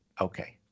Okay